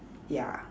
yeah